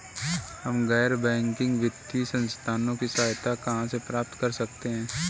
हम गैर बैंकिंग वित्तीय संस्थानों की सहायता कहाँ से प्राप्त कर सकते हैं?